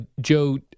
Joe